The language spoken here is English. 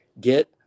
get